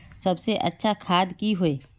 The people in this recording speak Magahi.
सबसे अच्छा खाद की होय?